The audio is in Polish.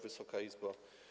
Wysoka Izbo!